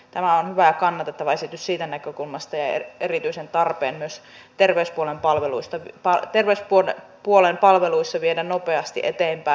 tämä on hyvä ja kannatettava esitys siitä näkökulmasta ja erityisesti tarpeen myös terveyspuolen palveluissa viedä nopeasti eteenpäin